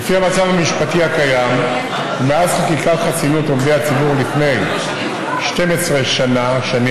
לפי המצב המשפטי הקיים מאז חקיקת חסינות עובדי הציבור לפני 12 שנים,